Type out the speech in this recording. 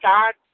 God